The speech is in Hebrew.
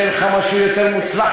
כשיהיה לך משהו יותר מוצלח,